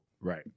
Right